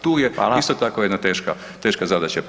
Tu je [[Upadica: Hvala.]] isto tako jedna teška zadaća.